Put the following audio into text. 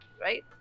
right